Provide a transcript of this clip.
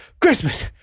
Christmas